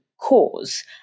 cause